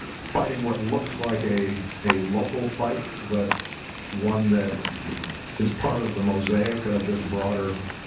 fighting what looks like a a local fight, but one that is part of the mosaic of this broader